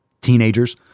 teenagers